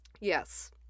Yes